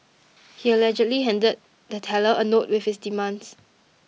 he allegedly handed the teller a note with his demands